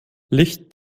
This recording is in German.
licht